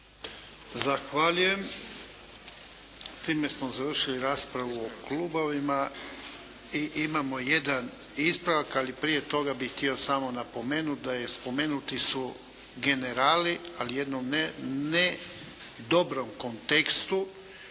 Zahvaljujem. Time smo završili raspravu po klubovima. Imamo jedan ispravak. Ali prije toga bih htio samo napomenuti da su spomenuti generali ali u jednom ne dobrom kontekstu,